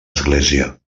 església